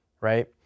right